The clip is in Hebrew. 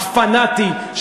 הפנאטי,